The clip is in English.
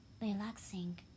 relaxing